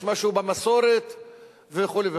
שיש משהו במסורת וכדומה.